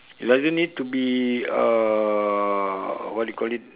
doesn't need to be uh what do you call it